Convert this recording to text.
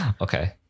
Okay